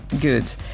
good